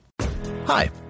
Hi